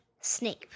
Snape